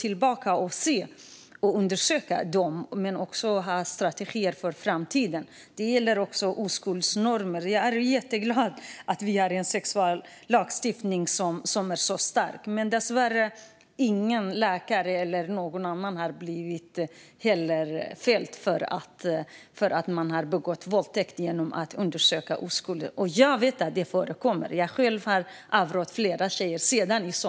Det gäller att gå tillbaka och undersöka dem men att också ha strategier för framtiden. Det gäller också oskuldsnormer. Jag är jätteglad att vi har en sexualbrottslagstiftning som är så stark, men dessvärre har ingen läkare eller någon annan blivit fälld för att den har begått våldtäkt genom att undersöka någons oskuld. Jag vet att det förekommer; sedan i somras har jag själv avrått flera tjejer.